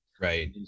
Right